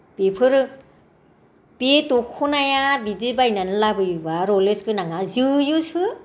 बेफोरो बे दख'नाया बिदि बायनानै लाबोयोब्ला लुरेक्स गोनांआ जोयोसो